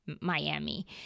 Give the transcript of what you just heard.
Miami